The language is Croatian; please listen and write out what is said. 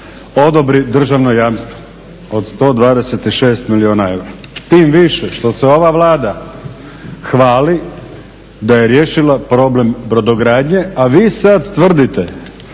odobri državno jamstvo od 126 milijuna eura. Tim više što se ova Vlada hvali da je riješila problem brodogradnje, a vi sad tvrdite,